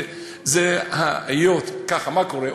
מה קורה?